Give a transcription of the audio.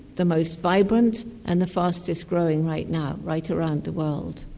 the most vibrant and the fastest growing right now right around the world.